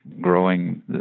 growing